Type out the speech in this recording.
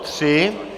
3.